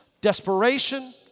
desperation